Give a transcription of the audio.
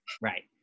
Right